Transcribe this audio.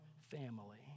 family